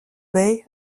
bay